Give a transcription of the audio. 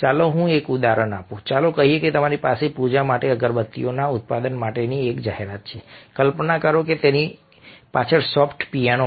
ચાલો હું એક ઉદાહરણ આપું ચાલો કહીએ કે તમારી પાસે પૂજા માટે અગરબત્તીઓના ઉત્પાદન માટે એક જાહેરાત છે કલ્પના કરો કે તેની પાછળ સોફ્ટ પિયાનો